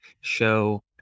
show